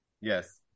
Yes